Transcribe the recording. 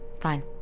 Fine